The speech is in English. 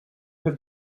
have